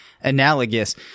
analogous